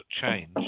change